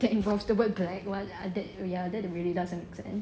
that involves the word black what I mean what ya that really doesn't make sense